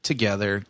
together